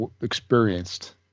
experienced